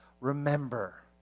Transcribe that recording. Remember